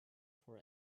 for